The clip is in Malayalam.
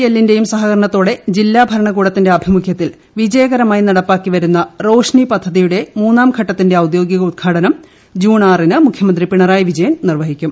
എല്ലിന്റെയും സഹകരണത്തോടെ ജില്ലാഭരണകൂടത്തിന്റെ ആഭിമുഖ്യത്തിൽ വിജയകരമായി നടുപ്പാക്കിവരുന്ന റോഷ്നി പദ്ധതിയുടെ മൂന്നാം ഘട്ടത്തിന്റെ ഒന്നുഭൂർഗ്ഗിക ഉദ്ഘാടനം ജൂൺ ആറിന് മുഖ്യമന്ത്രി പിണറായി പ്പിജ്യൻ നിർവഹിക്കും